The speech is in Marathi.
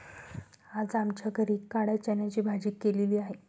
आज आमच्या घरी काळ्या चण्याची भाजी केलेली आहे